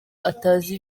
atazi